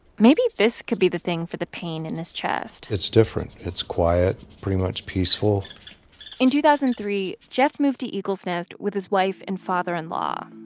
maybe this could be the thing for the pain in his chest it's different. it's quiet, pretty much peaceful in two thousand and three, jeff moved to eagles nest with his wife and father-in-law.